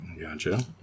Gotcha